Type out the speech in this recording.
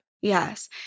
Yes